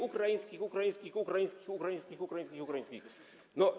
ukraińskich, ukraińskich, ukraińskich, ukraińskich, ukraińskich, ukraińskich, ukraińskich.